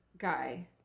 guy